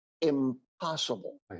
impossible